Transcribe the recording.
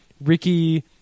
Ricky